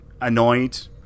annoyed